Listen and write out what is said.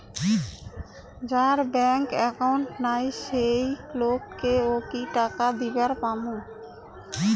যার bank account নাই সেই লোক কে ও কি টাকা দিবার পামু?